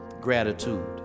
gratitude